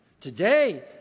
Today